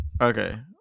Okay